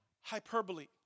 hyperbole